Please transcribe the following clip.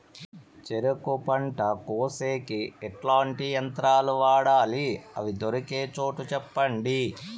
చెరుకు పంట కోసేకి ఎట్లాంటి యంత్రాలు వాడాలి? అవి దొరికే చోటు చెప్పండి?